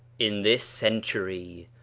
in this century,